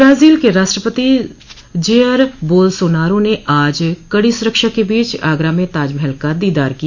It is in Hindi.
ब्राजील के राष्ट्रपति जेयर बोलसोनारो ने आज कड़ी सुरक्षा के बीच आगरा में ताजमहल का दीदार किया